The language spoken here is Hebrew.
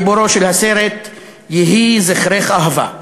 גיבור הסרט "יהי זכרך אהבה".